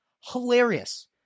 Hilarious